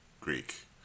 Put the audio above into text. Greek